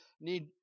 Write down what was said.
need